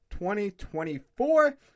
2024